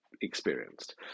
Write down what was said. experienced